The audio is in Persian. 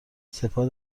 سپاه